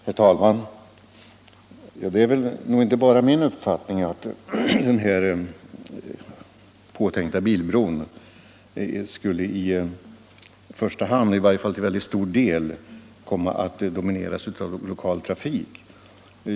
Herr talman! Ja, det är nog inte bara min uppfattning att den påtänkta bilbron i första hand eller i varje fall till mycket stor del skulle komma att domineras av lokal trafik.